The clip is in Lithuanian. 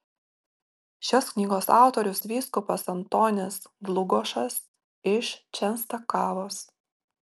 šios knygos autorius vyskupas antonis dlugošas iš čenstakavos